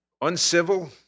uncivil